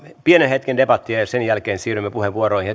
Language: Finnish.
pienen hetken debattia ja ja sen jälkeen siirrymme puheenvuoroihin